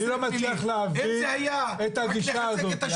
אני לא מצליח להבין את הגישה הזאת.